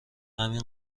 همین